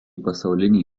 pasaulinį